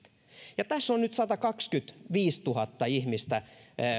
tässä on nyt satakaksikymmentäviisituhatta ihmistä